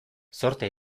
zortea